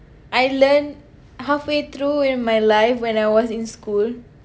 I learned halfway through in my life when I was in school